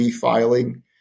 filing